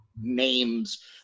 names